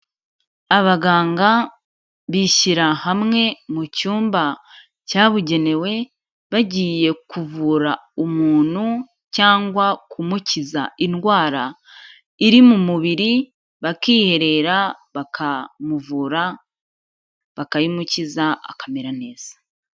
Abaganga bishyira hamwe mu cyumba cyabugenewe bagiye kuvura umuntu cyangwa kumukiza indwara iri mu mubiri, bakiherera bakamuvura bakayimukiza akamera neza.